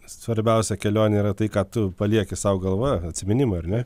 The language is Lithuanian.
svarbiausia kelionėj yra tai ką tu palieki sau galvoje atsiminimai ar ne